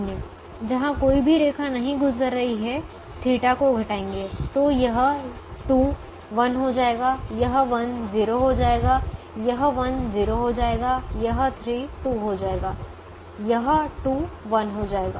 जहाँ कोई भी रेखा नहीं गुजर रही है θ को घटाएंगे तो यह 2 1 हो जाएगा यह 1 0 हो जाएगा यह 1 0 हो जाएगा यह 3 2 हो जाएगा यह 2 1 हो जाएगा और यह 2 1 हो जाएगा